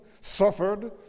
suffered